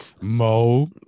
Mo